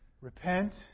Repent